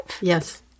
yes